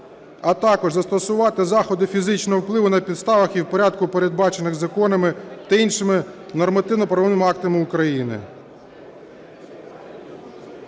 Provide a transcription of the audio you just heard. а також застосовувати заходи фізичного впливу на підставах і в порядку, передбачених законами та іншими нормативно-правовими актами України".